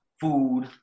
food